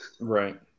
Right